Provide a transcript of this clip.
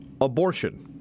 abortion